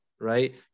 right